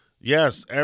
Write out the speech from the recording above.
Yes